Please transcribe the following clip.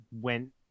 went